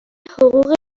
حقوق